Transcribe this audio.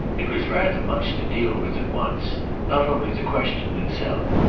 it was rather much to deal with at once not only the question itself,